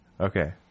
Okay